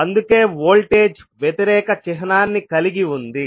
అందుకే వోల్టేజ్ వ్యతిరేక చిహ్నాన్ని కలిగి ఉంది